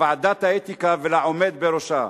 לוועדת האתיקה ולעומד בראשה,